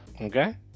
Okay